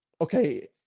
okay